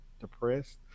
depressed